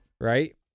Right